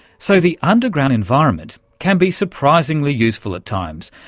so the underground environment can be surprisingly useful at times,